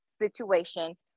situation